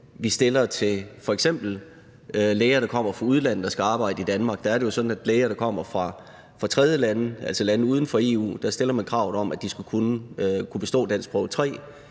opstillet for f.eks. læger, der kommer fra udlandet og skal arbejde i Danmark. Der er det jo sådan, at man i forhold til læger, der kommer fra tredjelande – altså lande uden for EU – stiller krav om, at de skal kunne bestå danskprøve 3.